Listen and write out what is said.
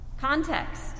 Context